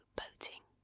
boating